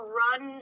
run